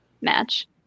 match